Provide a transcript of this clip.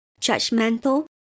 judgmental